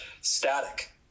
static